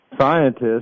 Scientists